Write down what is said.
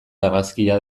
argazkia